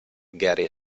gary